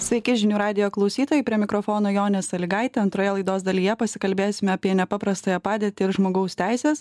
sveiki žinių radijo klausytojai prie mikrofono jonė salygaitė antroje laidos dalyje pasikalbėsime apie nepaprastąją padėtį ir žmogaus teises